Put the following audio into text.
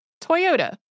Toyota